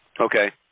okay